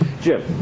Jim